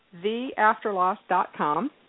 theafterloss.com